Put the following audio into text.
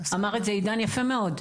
ואמר את זה עידן יפה מאוד.